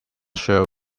sure